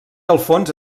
alfons